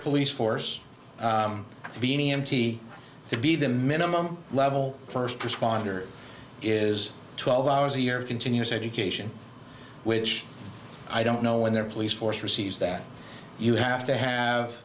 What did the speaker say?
police force to be an e m t to be the minimum level first responder is twelve hours a year of continuous education which i don't know when their police force receives that you have to have